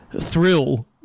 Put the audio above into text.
thrill